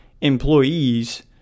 employees